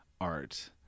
art